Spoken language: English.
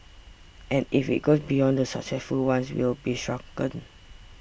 and if it goes beyond the successful ones we'll be shrunken